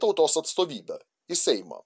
tautos atstovybę į seimą